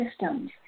systems